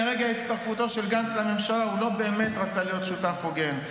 מרגע הצטרפותו של גנץ לממשלה הוא לא באמת רצה להיות שותף הוגן,